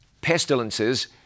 pestilences